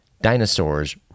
dinosaurs